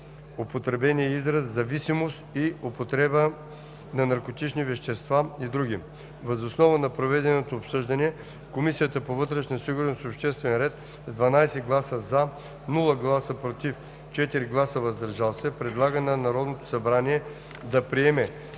употребения израз „зависимост и злоупотреба на наркотични вещества“ и други. Въз основа на проведеното обсъждане Комисията по вътрешна сигурност и обществен ред с 12 гласа „за“, без „против“ и 4 гласа „въздържал се“ предлага на Народното събрание да приеме